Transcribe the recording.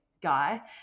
guy